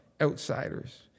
outsiders